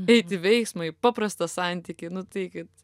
eit į veiksmą į paprastą santykį nu tai kad